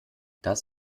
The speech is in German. das